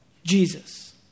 Jesus